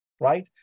right